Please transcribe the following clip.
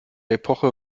epoche